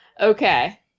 okay